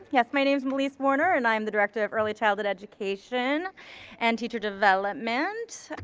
yes, my name's malesse warner and i'm the director of early childhood education and teacher development.